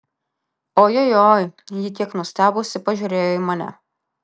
ojojoi ji kiek nustebusi pažiūrėjo į mane